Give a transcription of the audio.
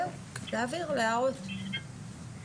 זה לא מקובל,